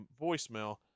voicemail